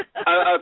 okay